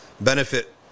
Benefit